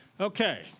Okay